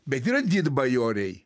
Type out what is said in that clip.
bet yra didbajoriai